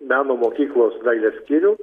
meno mokyklos dailės skyrių